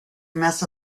mess